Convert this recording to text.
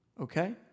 Okay